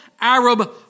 Arab